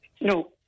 No